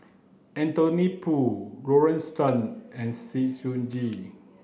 Anthony Poon Lorna Tan and Sng Choon Yee